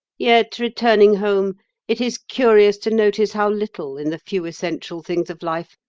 yet, returning home it is curious to notice how little, in the few essential things of life,